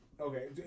Okay